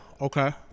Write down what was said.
Okay